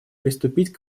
приступить